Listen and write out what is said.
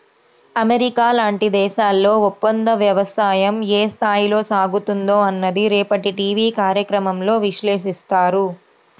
America లాంటి దేశాల్లో ఒప్పందవ్యవసాయం ఏ స్థాయిలో సాగుతుందో అన్నది రేపటి టీవీ కార్యక్రమంలో విశ్లేషిస్తారు